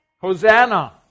Hosanna